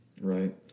Right